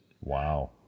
wow